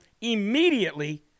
immediately